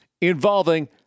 involving